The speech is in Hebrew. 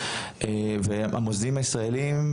והמוסדים הישראליים,